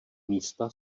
místa